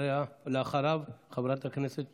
ואחריו, חברת הכנסת